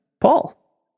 paul